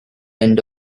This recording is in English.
end